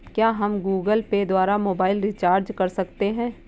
क्या हम Google Pay द्वारा मोबाइल रिचार्ज कर सकते हैं?